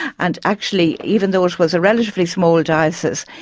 and actually, even though it was a relatively small diocese,